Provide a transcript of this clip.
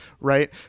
right